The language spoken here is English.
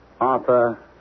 Arthur